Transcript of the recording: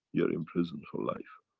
you are imprisoned for life.